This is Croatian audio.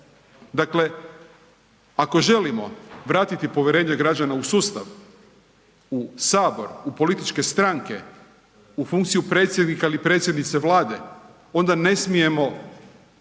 Dakle, ako želimo vratiti povjerenje građana u sustav, u sabor, u političke stranke, u funkciju predsjednika ili predsjednice vlade onda ne smijemo